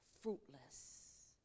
fruitless